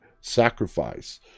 sacrifice